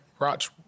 Watch